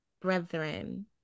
brethren